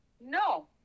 no